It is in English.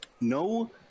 No